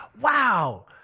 wow